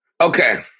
Okay